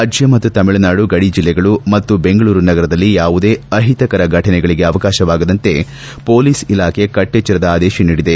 ರಾಜ್ಯ ಮತ್ತು ತಮಿಳುನಾಡು ಗಡಿ ಜಿಲ್ಲೆಗಳು ಮತ್ತು ಬೆಂಗಳೂರು ಸಗರದಲ್ಲಿ ಯಾವುದೇ ಅಹಿತಕರ ಫಟನೆಗಳಿಗೆ ಅವಕಾಶವಾಗದಂತೆ ಪೊಲೀಸ್ ಇಲಾಖೆ ಕಟ್ಟೆಚ್ಚರದ ಆದೇಶ ನೀಡಿದೆ